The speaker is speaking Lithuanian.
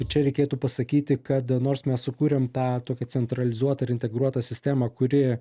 čia reikėtų pasakyti kad nors mes sukūrėm tą tokią centralizuotą ir integruotą sistemą kuri